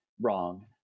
wrong